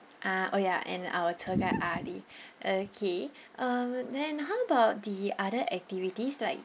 ah oh ya and our tour guide ali okay uh then how about the other activities like